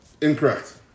Incorrect